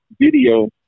video